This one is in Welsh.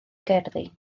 gerddi